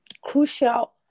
crucial